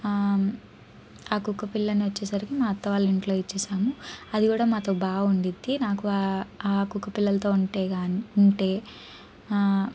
ఆ కుక్కపిల్లను వచ్చేసరికి మా అత్త వాళ్ళ ఇంట్లో ఇచ్చేసాము అది కూడా మాతో బాగా ఉండుద్ది నాకు ఆ కుక్కపిల్లలతో ఉంటే గాన్ ఉంటే